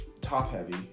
top-heavy